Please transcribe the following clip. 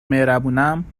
مهربونم